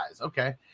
Okay